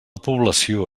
població